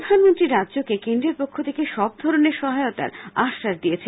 প্রধানমন্ত্রী রাজ্যকে কেন্দ্রের পক্ষ থেকে সব ধরনের সহায়তার আশ্বাস দিয়েছেন